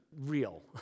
real